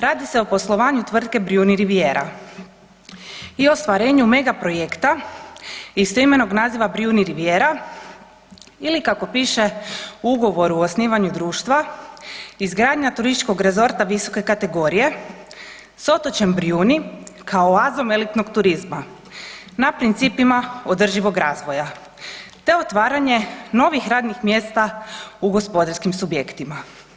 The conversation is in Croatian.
Radi se o poslovanju tvrtke Brijuni Rivijera i ostvarenju megaprojekta istoimenog naziva Brijuni Rivijera ili kako piše u ugovoru o osnivanju društva, izgradnja turističkog rezorta visoke kategorije s otočjem Brijuni kao oazom elitnog turizma na principima održivog razvoja te otvaranje novih radnih mjesta u gospodarskim subjektima.